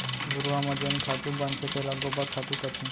घुरूवा म जेन खातू बनथे तेला गोबर खातू कथें